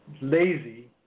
Lazy